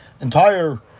entire